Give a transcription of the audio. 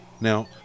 Now